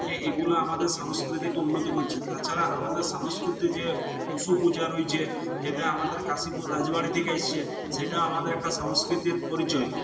এ এগুলো আমাদের সংস্কৃতিকে উন্নত করছে তাছাড়া আমাদের সংস্কৃতির যে টুসু পুজা রয়েছে যেটা আমাদের কাশীপুর রাজবাড়ি থেকে এসেছে সেটা আমাদের একটা সাংস্কৃতিক পরিচয়